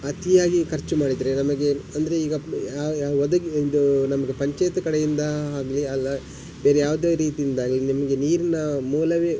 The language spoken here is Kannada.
ಅತಿಯಾಗಿ ಖರ್ಚು ಮಾಡಿದರೆ ನಮಗೆ ಅಂದರೆ ಈಗ ಒದಗಿ ಒಂದು ನಮಗೆ ಪಂಚಾಯಿತಿ ಕಡೆಯಿಂದ ಆಗಲಿ ಅಲ್ಲ ಬೇರೆ ಯಾವುದೇ ರೀತಿಯಿಂದ ಆಗಲಿ ನಿಮಗೆ ನೀರಿನ ಮೂಲವೇ